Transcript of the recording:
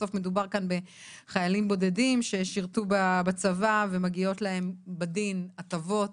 בסוף מדובר כאן בחיילים בודדים ששירותו בצבא ומגיעות להם בדין הטבות